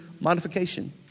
modification